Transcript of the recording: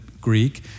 Greek